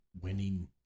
winning